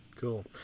Cool